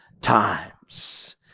times